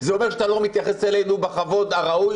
זה אומר שאתה לא מתייחס אלינו בכבוד הראוי.